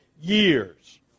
years